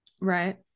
Right